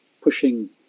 pushing